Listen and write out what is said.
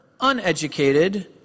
uneducated